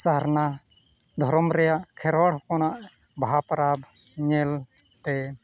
ᱥᱟᱨᱱᱟ ᱫᱷᱚᱨᱚᱢ ᱨᱮᱭᱟᱜ ᱠᱷᱮᱨᱣᱟᱞ ᱦᱚᱯᱚᱱᱟᱜ ᱵᱟᱦᱟ ᱯᱚᱨᱚᱵᱽ ᱧᱮᱞ ᱛᱮ